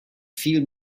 viel